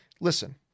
Listen